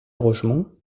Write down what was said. rogemont